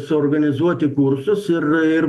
suorganizuoti kursus ir